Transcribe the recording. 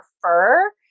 prefer